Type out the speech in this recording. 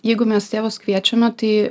jeigu mes tėvus kviečiame tai